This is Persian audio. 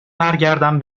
برگردم